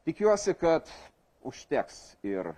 tikiuosi kad užteks ir